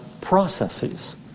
processes